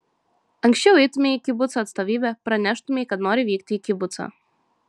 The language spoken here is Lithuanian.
anksčiau eitumei į kibuco atstovybę praneštumei kad nori vykti į kibucą